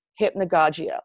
hypnagogia